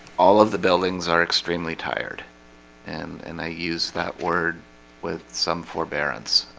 all of the buildings are extremely tired and and i use that word with some forbearance